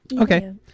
Okay